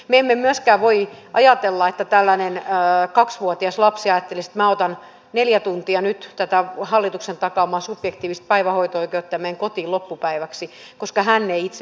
me emme myöskään voi ajatella että tällainen kaksivuotias lapsi ajattelisi että otan neljä tuntia nyt tätä hallituksen takaamaa subjektiivista päivähoito oikeutta ja menen kotiin loppupäiväksi koska hän ei itse pysty sitä päättämään